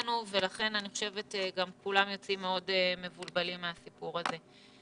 ולכן אני חושבת שגם כולם יוצאים מאוד מבולבלים מהסיפור הזה.